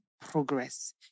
progress